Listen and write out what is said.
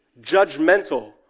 judgmental